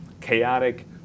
chaotic